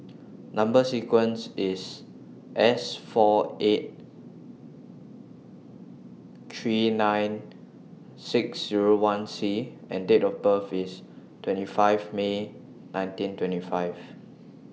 Number sequence IS S four eight three nine six Zero one C and Date of birth IS twenty five May nineteen twenty five